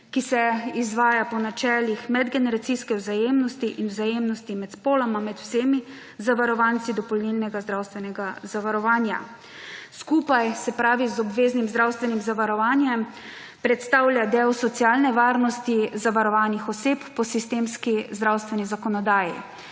ki se izvaja po načelih medgeneracijske vzajemnosti in vzajemnosti med spoloma med vsemi zavarovanci dopolnilnega zdravstvenega zavarovanja. Skupaj, se pravi, z obveznim zdravstvenim zavarovanjem predstavlja del socialne varnosti zavarovanih oseb po sistemski zdravstveni zakonodaji.